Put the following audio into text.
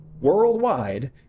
worldwide